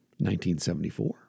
1974